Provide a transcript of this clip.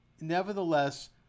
nevertheless